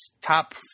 top